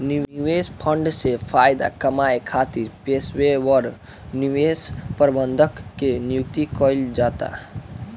निवेश फंड से फायदा कामये खातिर पेशेवर निवेश प्रबंधक के नियुक्ति कईल जाता